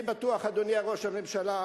אני בטוח, אדוני ראש הממשלה,